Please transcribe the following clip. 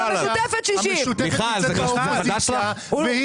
עם המשותפת 60. זה חדש לך?